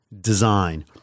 design